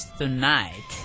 tonight